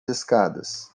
escadas